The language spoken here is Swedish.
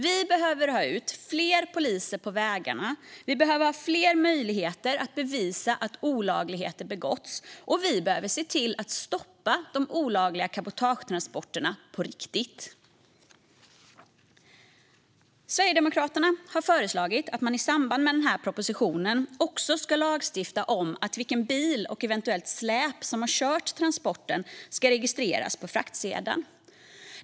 Vi behöver ha ut fler poliser på vägarna, vi behöver ha fler möjligheter att bevisa att olagligheter har begåtts och vi behöver se till att stoppa de olagliga cabotagetransporterna på riktigt. Sverigedemokraterna har föreslagit att man i samband med den här propositionen också ska lagstifta om att bil och eventuellt släp som har kört transporten ska registreras på fraktsedeln.